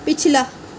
पिछला